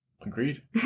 Agreed